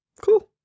cool